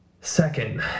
Second